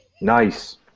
Nice